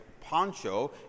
poncho